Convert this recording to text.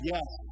Yes